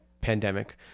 Pandemic